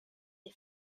des